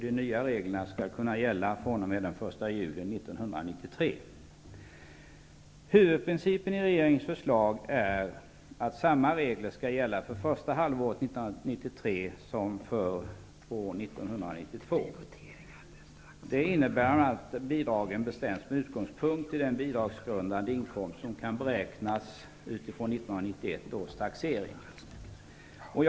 De nya reglerna skall kunna gälla fr.o.m. den 1 juli Huvudprincipen i regeringens förslag är att samma regler skall gälla för första halvåret 1993 som för år 1992. Det innebär bl.a. att bidragen bestäms med utgångspunkt i den bidragsgrundande inkomst som kan beräknas utifrån 1991 års taxering.